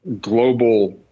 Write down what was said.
global